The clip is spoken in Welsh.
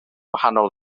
wahanol